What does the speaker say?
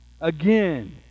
again